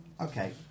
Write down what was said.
Okay